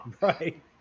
right